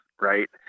right